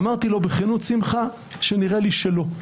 אמרתי לו בכנות, שמחה, שנראה לי שלא.